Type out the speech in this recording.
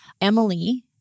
Emily